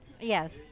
Yes